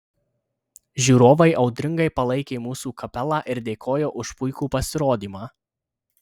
žiūrovai audringai palaikė mūsų kapelą ir dėkojo už puikų pasirodymą